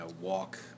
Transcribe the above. walk